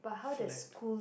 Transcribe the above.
flat